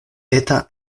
eta